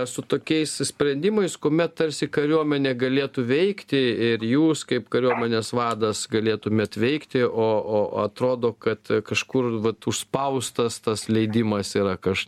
su tokiais sprendimais kuomet tarsi kariuomenė galėtų veikti ir jūs kaip kariuomenės vadas galėtumėt veikti o o atrodo kad kažkur vat užspaustas tas leidimas yra kaž